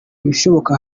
bishoboka